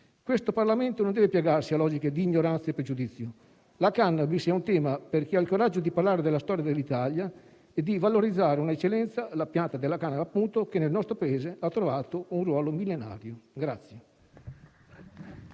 Questo Parlamento non deve piegarsi a logiche di ignoranza e pregiudizio. La cannabis è un tema per chi ha il coraggio di parlare della storia dell’Italia e di valorizzare un’eccellenza - la pianta della cannabis, appunto che nel nostro Paese ha avuto un ruolo millenario.